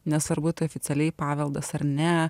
nesvarbu tai oficialiai paveldas ar ne